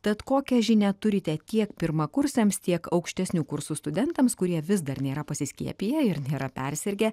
tad kokią žinią turite tiek pirmakursiams tiek aukštesnių kursų studentams kurie vis dar nėra pasiskiepiję ir nėra persirgę